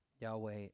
Yahweh